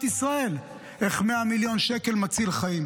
ישראל איך 100 מיליון שקל מצילים חיים,